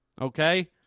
Okay